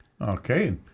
Okay